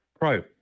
Pro